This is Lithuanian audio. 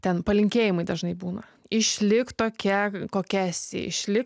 ten palinkėjimai dažnai būna išlik tokia kokia esi išlik